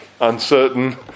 uncertain